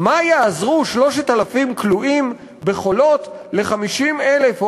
מה יעזרו 3,000 כלואים ב"חולות" ל-50,000 או